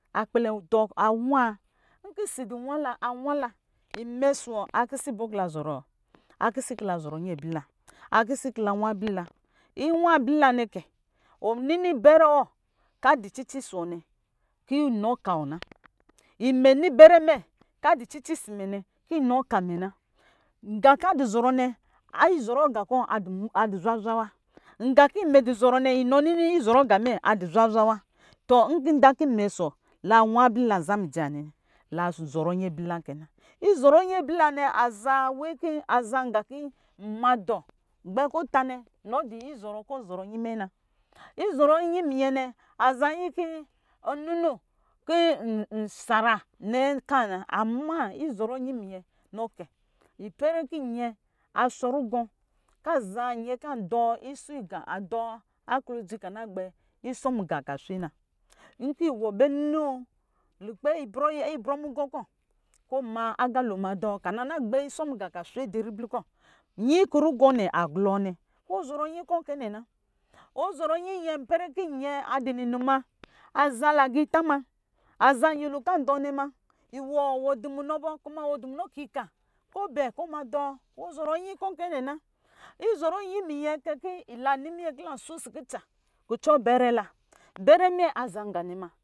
A kpɛlɛ dɔɔ anwa, nkɔ osi awala imɛ ɔsɔ wɔ akisi bɔ kɔ la zɔrɔ akisi kɔ lazɔrɔ nyi ablila akisi kɔ nwa ablila inwa ablila nɔ kɛ ɔnini bɛrɛ wɔ kɔ adu cici ɔsɔ wɔ nɛ kɔ inɔ ka wɔ na imɛ nini bɛrɛ mɛ kɔ adu cici ɔsɔ mɛ nɛ kɔ inɔ ka mɛ na nga kɔ adɔ zɔrɔ nɛ izɔrɔ aga kɔ adu adu zwazwa wa nga kɔ imɛ dɔ zɔrɔ nɛ imɔ nini izɔrɔ aga mɛ aduzwa zwa wa nda kɔ imɛ ɔsɔ wɔ akan kɔ la zɔrɔ nyi ablila nza mijɛ nwa nane la du zɔrɔ nyi ablila kɛ na. Izɔrɔ ablila nɛ aza wc kɔ aza nqa kɔ nma dɔ abɛ kɔ ɔtanɛ inɔ dɔ izɔrɔ nyi minyɛ na izɔrɔ nyimi nyɛ nɛ aza nyin kɔ inino kɔ n- n- nshara nɛ ka na ama izɔrɔ miyɛ nɔkɛ ipɛrɛ kɔ nyɛ ashɔ rugɔ kɔ aza nyɛ kɔ adɔɔ aklodzi kɔ ana gbɛ isɔ muga kɔ aswe na nkɔ iwɔ bɛ nuno lukpɛ ibrɔ mugɔ kɔ kɔ wɔ ma aga lo kɔ ɔma dɔɔ kɔ ana gbɛ isɔ muga ka na swe dɔ ribli kɔ nyi kɔ rugɔ nɛ a lɔɔ nɛ wɔ zɔrɔ nyi nyɛ ipɛrɛ kɔ nyɛ adu hinima azaa lagita ina aza nyɛlo kɔ adɔ nɛ ma iwɔ wɔ du wunɔ bɔ kuma wɔ du munɔ kika kɔɔ bɛ kɛ ɔme dɔɔ wɔ zɔrɔ nyi kɔ kc nɛ nɛ na izɔrɔ nyi mɛnyɛ kɛ kɔ ila nɔ minyɛ kɔ sho si kutsa kucɔ abɛre la bɛrɛ mɛ aza nga nɛ ma